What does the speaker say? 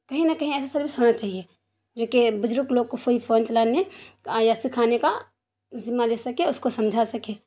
کہیں نہ کہیں ایسی سروس ہونا چاہیے جو کہ بزرگ لوگ کو فوری فون چلانے یا سکھانے کا ذمہ لے سکے اس کو سمجھا سکے